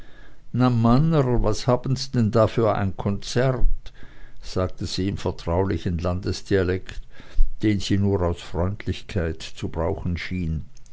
was haben's denn da für ein konzert sagte sie im vertraulichen landesdialekt den sie nur aus freundlichkeit zu brauchen schien